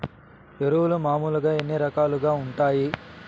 ఎరువులు మామూలుగా ఎన్ని రకాలుగా వుంటాయి?